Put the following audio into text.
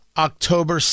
October